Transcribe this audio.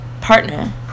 partner